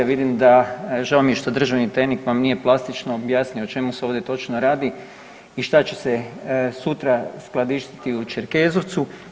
Vidim da, žao mi je što državni tajnik vam nije plastično objasnio o čemu se ovdje točno radi i što će se sutra skladištiti u Čerkezovcu.